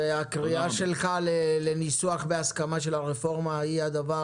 הקריאה שלך לניסוח בהסכמה היא הדבר